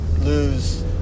lose